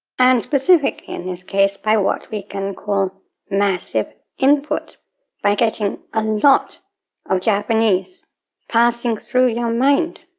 and specifically in this case by what we can call massive input by getting a lot ofjapanese passing through your mind.